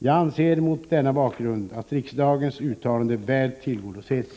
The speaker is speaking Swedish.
Jag anser mot denna bakgrund att riksdagens uttalande väl tillgodoses.